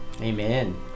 amen